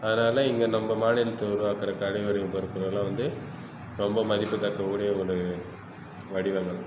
அதனால் இங்கே நம்ப மாநிலத்தில் உருவாக்கிற கைவினைப் பொருட்கள்லாம் வந்து ரொம்ப மதிப்புத்தக்ககூடிய ஒரு வடிவங்கள்